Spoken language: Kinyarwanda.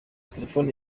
telefone